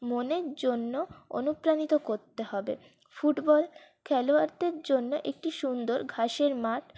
মনের জন্য অনুপ্রাণিত করতে হবে ফুটবল খেলোয়াড়দের জন্য একটি সুন্দর ঘাসের মাঠ